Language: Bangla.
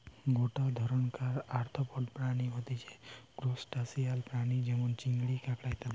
গটে ধরণকার আর্থ্রোপড প্রাণী হতিছে ত্রুসটাসিয়ান প্রাণী যেমন চিংড়ি, কাঁকড়া ইত্যাদি